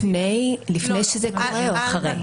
לפני שזה קורה או אחרי?